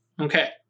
Okay